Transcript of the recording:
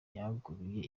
yagaruye